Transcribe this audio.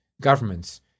governments